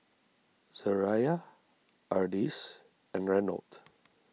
Zariah Ardyce and Reynold